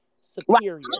superior